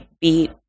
beat